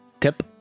Tip